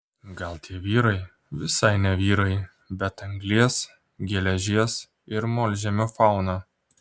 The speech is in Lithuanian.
gal tie vyrai visai ne vyrai bet anglies geležies ir molžemio fauna